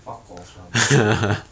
fuck off lah 你